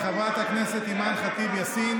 אם לא הייתי מכיר את הציניות זה היה,